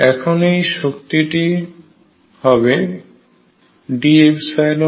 এখন এই শক্তিটি হবে DFk2T2